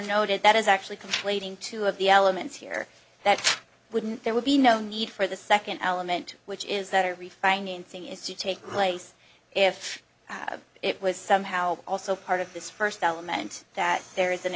noted that is actually conflating two of the elements here that wouldn't there would be no need for the second element which is that a refinancing is to take place if it was somehow also part of this first element that there is an